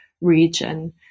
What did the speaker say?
region